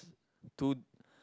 to